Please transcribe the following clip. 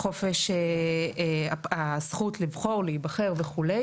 חופש, הזכות לבחור, להיבחר וכו'.